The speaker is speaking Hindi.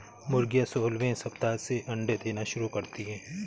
मुर्गियां सोलहवें सप्ताह से अंडे देना शुरू करती है